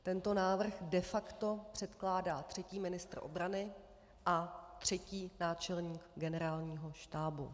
Tento návrh de facto předkládá třetí ministr obrany a třetí náčelník Generálního štábu.